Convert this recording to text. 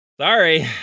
sorry